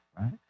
right